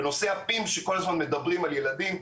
בנושא ה-PIMS שכל הזמן מדברים על ילדים,